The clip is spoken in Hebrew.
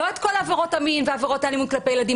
לא את כל עבירות המין ועבירות האלימות כלפי ילדים